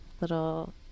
little